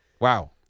Wow